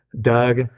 Doug